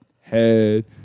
head